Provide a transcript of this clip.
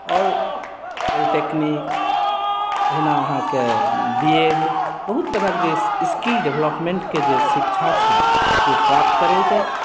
आओर पॉलिटेक्निक ओहिना अहाँके बी एड बहुत तरहके स्किल डेवलपमेन्टके जे शिक्षा छै से प्राप्त करैत छथि